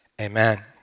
Amen